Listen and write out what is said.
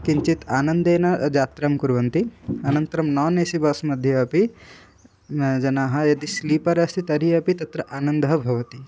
किञ्चित् आनन्देन यात्रां कुर्वन्ति अनन्तरं नान ए सि बस् मध्ये अपि जनाः यदि स्लीपर् अस्ति तर्हि अपि तत्र आनन्दः भवति